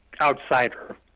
outsider